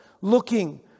looking